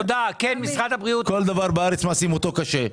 כל דבר בארץ הופכים לקשה.